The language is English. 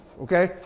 Okay